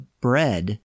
bread